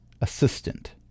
assistant